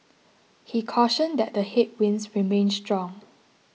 he cautioned that the headwinds remain strong